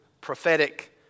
prophetic